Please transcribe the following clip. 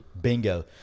bingo